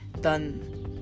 done